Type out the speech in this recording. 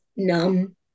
numb